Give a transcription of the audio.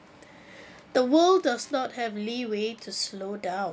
the world does not have leeway to slow down